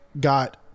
got